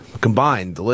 Combined